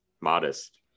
modest